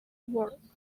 wards